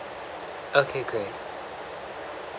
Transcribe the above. okay great